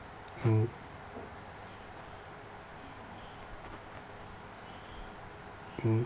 mmhmm mmhmm